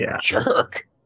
jerk